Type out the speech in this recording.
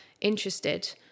interested